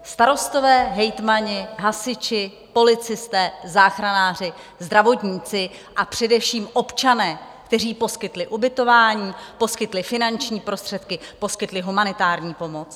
Starostové, hejtmani, hasiči, policisté, záchranáři, zdravotníci, a především občané, kteří poskytli ubytování, poskytli finanční prostředky, poskytli humanitární pomoc.